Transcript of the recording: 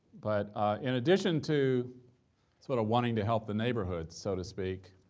but in addition to sort of wanting to help the neighborhood, so to speak,